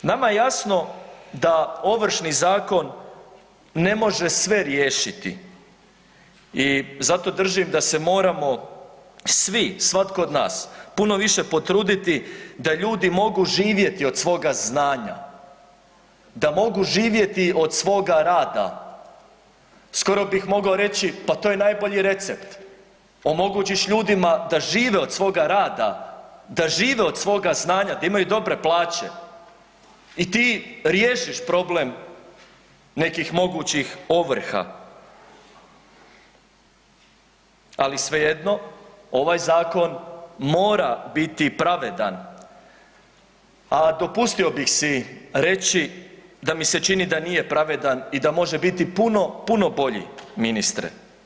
Nama je jasno da Ovršni zakon ne može sve riješiti i zato držim da se moramo svi, svatko od nas puno više potruditi da ljudi mogu živjeti od svoga znanja, da mogu živjeti od svoga rada, skoro bih mogao reći pa to je najbolji recept, omogućiš ljudima da žive od svoga rada, da žive od svoga znanja, da imaju dobre plaće i ti riješiš problem nekih mogućih ovrha, ali svejedno ovaj zakon mora biti pravedan, a dopustio bih si reći da mi se čini da nije pravedan i da može biti puno, puno bolji ministre.